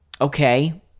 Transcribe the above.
okay